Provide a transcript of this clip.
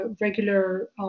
regular